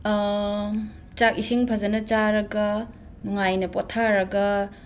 ꯆꯥꯛ ꯏꯁꯤꯡ ꯐꯖꯅ ꯆꯥꯔꯒ ꯅꯨꯡꯉꯥꯏꯅ ꯄꯣꯊꯥꯔꯒ